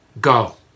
go